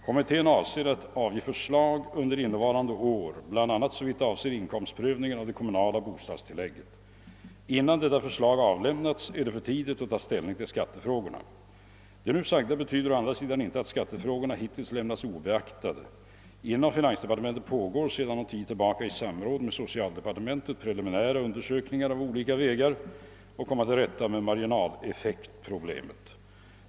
Kommittén avser att avge förslag under innevarande år bl.a. såvitt gäller inkomstprövningen av det kommunala bostadstillägget. Innan detta förslag avlämnats är det för tidigt att ta ställning till skattefrågorna. Det nu sagda betyder å andra sidan inte att skattefrågorna hittills lämnats obeaktade. Inom finansdepartementet pågår sedan någon tid tillbaka i samråd med socialdepartementet preliminära undersökningar av olika vägar att komma till rätta med marginaleffektproblemet.